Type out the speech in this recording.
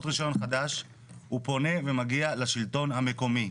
רישיון חדש הוא פונה ומגיע לשלטון המקומי.